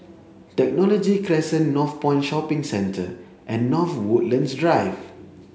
Technology Crescent Northpoint Shopping Centre and North Woodlands Drive